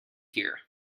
here